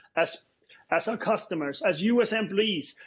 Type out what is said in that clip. as as our customers, as you as employees,